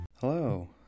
Hello